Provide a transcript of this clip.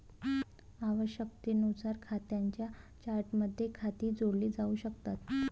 आवश्यकतेनुसार खात्यांच्या चार्टमध्ये खाती जोडली जाऊ शकतात